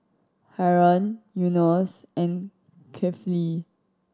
Haron Yunos and Kefli